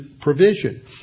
provision